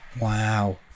wow